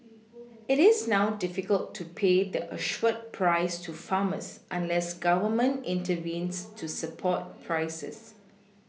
it is now difficult to pay the assured price to farmers unless Government intervenes to support prices